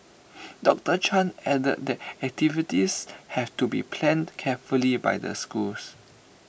doctor chan added that activities have to be planned carefully by the schools